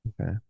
Okay